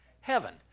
heaven